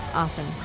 Awesome